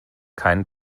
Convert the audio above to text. kein